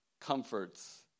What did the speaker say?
comforts